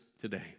today